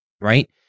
right